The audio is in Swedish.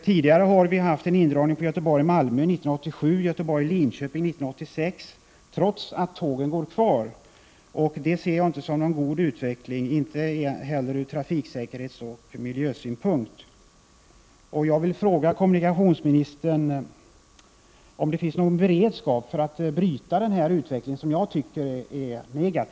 Tidigare har det skett indragningar på linjerna Göteborg-Malmö 1987 och Göteborg-Linköping 1986, trots att tågen fortfarande går de sträckorna. Det betraktar jag inte som någon god utveckling, inte heller från trafiksäkerhetsoch miljösynpunkt.